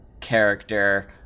character